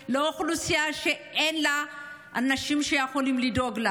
לאוכלוסייה שאין אנשים שיכולים לדאוג לה.